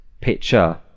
picture